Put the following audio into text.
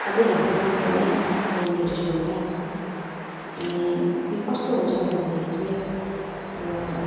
सबै झाँक्री नै बनै हो बन ट्रेडिसनबाटै आएको अनि यो कस्तो हुन्छ भन्दाखेरि चाहिँ